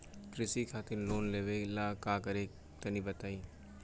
कृषि खातिर लोन मिले ला का करि तनि बताई?